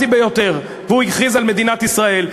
הוא הכריז על מדינת ישראל,